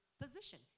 position